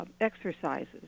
exercises